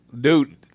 dude